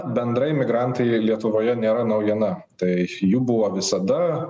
bendrai migrantai lietuvoje nėra naujiena tai jų buvo visada